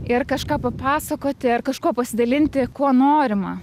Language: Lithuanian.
ir kažką papasakoti ar kažkuo pasidalinti kuo norima